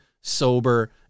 sober